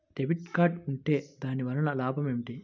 Debit card ఉంటే దాని వలన లాభం ఏమిటీ?